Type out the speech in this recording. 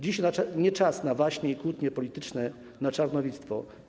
Dziś nie czas na waśnie i kłótnie polityczne, na czarnowidztwo.